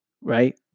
Right